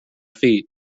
feet